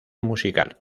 musical